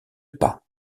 pas